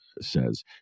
says